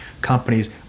companies